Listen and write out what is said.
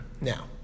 now